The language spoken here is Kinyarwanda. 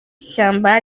ishyamba